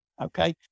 Okay